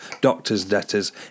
doctors-debtors